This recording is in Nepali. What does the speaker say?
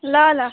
ल ल